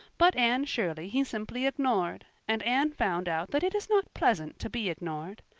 but anne shirley he simply ignored, and anne found out that it is not pleasant to be ignored.